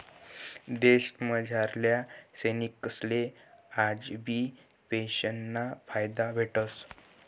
देशमझारल्या सैनिकसले आजबी पेंशनना फायदा भेटस